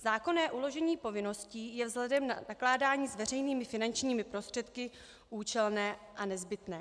Zákonné uložení povinností je vzhledem k nakládání s veřejnými finančními prostředky účelné a nezbytné.